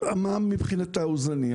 המע"מ הוא זניח.